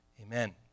Amen